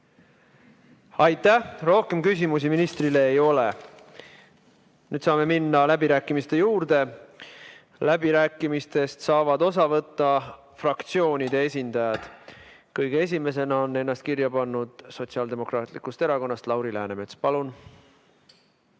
Aitäh! Rohkem küsimusi ministrile ei ole. Nüüd saame minna läbirääkimiste juurde. Läbirääkimistest saavad osa võtta fraktsioonide esindajad. Kõige esimesena on ennast kirja pannud Sotsiaaldemokraatlikust Erakonnast Lauri Läänemets. Palun!